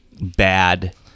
bad